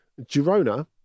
Girona